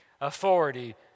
authority